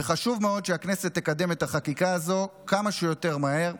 וחשוב מאוד שהכנסת תקדם את החקיקה הזו כמה שיותר מהר.